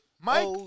Mike